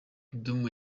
kidum